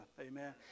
amen